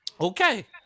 Okay